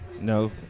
No